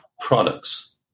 products